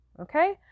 okay